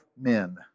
men